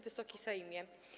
Wysoki Sejmie!